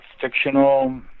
fictional